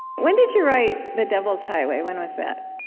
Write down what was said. when did you write the devil's highway? when was that?